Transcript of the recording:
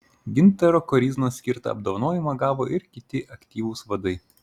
gintaro koryznos skirtą apdovanojimą gavo ir kiti aktyvūs vadai